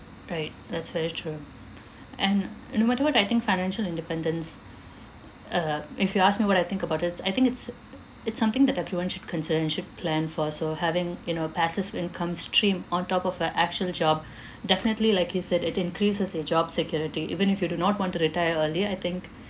right that's very true and no matter what I think financial independence uh if you ask me what I think about it I think it's it's something that everyone should concern and should plan for so having you know passive income stream on top of your actual job definitely like you said it increases your job security even if you do not want to retire earlier I think